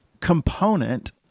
component